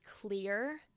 clear